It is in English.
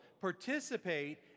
participate